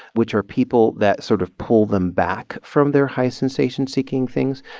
which are people that sort of pull them back from their high-sensation-seeking things.